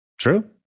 True